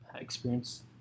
experience